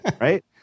right